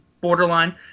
borderline